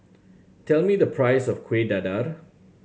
tell me the price of Kueh Dadar